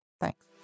Thanks